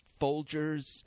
Folgers